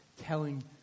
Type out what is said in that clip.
telling